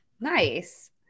Nice